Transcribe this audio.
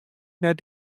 net